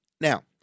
Now